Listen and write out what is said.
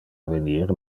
venir